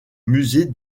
musée